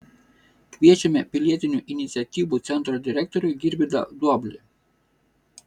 kviečiame pilietinių iniciatyvų centro direktorių girvydą duoblį